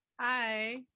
Hi